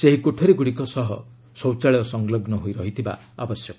ସେହି କୋଠରିଗୁଡ଼ିକ ସହ ଶୌଚାଳୟ ସଂଲଗ୍ନ ହୋଇ ରହିଥିବା ଦରକାର